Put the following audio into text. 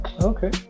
okay